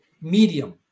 medium